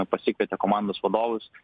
pasikvietė komandos vadovus